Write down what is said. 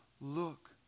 Look